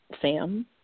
Sam